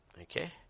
Okay